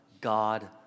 God